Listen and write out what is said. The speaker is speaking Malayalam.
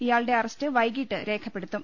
ഇയാളുടെ അറസ്റ്റ് വൈകീട്ട് രേഖപ്പെടുത്തും